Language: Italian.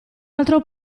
altro